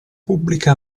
pubblica